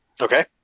Okay